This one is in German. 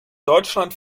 deutschland